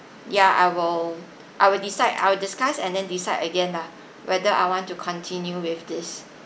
ya I will I will decide I will discuss and then decide again lah whether I want to continue with this